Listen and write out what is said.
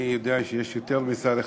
אני יודע שיש יותר משר אחד,